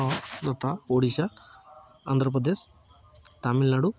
ହଁ ଯଥା ଓଡ଼ିଶା ଆନ୍ଧ୍ରପ୍ରଦେଶ ତାମିଲନାଡ଼ୁ